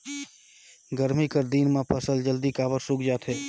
गरमी कर दिन म फसल जल्दी काबर सूख जाथे?